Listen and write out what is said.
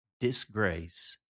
disgrace